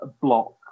block